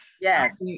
yes